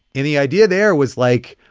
and the idea there was, like,